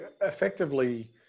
effectively